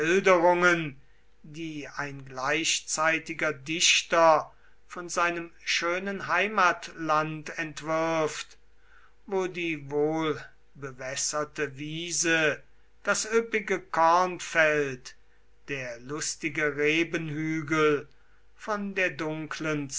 die ein gleichzeitiger dichter von seinem schönen heimatland entwirft wo die wohlbewässerte wiese das üppige kornfeld der lustige rebenhügel von der dunklen